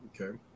Okay